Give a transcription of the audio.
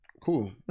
Cool